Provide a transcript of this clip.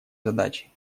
задачей